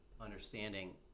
understanding